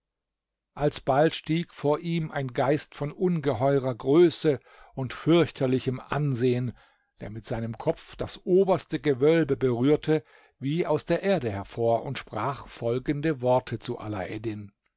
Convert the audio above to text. alsbald stieg vor ihm ein geist von ungeheuerer größe und fürchterlichem ansehen der mit seinem kopf das oberste gewölbe berührte wie aus der erde hervor und sprach folgende worte zu